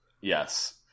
Yes